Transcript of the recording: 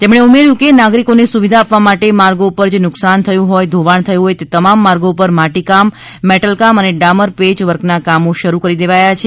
તેમણે ઉમેર્યુ કે નાગરિકોને સુવિધા આપવા માટે માર્ગો પર જે નુકશાન થયું હોય અને ધોવાણ થયુ છે તે તમામ માર્ગો પર માટી કામ મેટલ કામ અને ડામર પેચ વર્કના કામો શરૂ કરી દેવાયા છે